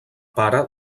pare